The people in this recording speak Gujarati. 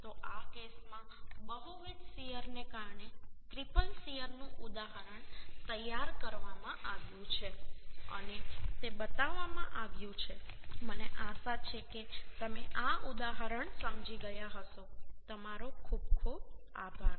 તો આ કેસમાં બહુવિધ શીયરને કારણે ટ્રિપલ શીયરનું ઉદાહરણ તૈયાર કરવામાં આવ્યું છે અને તે બતાવવામાં આવ્યું છે મને આશા છે કે તમે આ ઉદાહરણ સમજી ગયા હશો તમારો ખૂબ ખૂબ આભાર